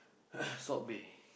Salt-Bae